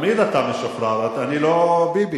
תמיד אתה משוחרר, אני לא ביבי.